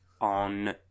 on